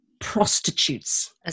prostitutes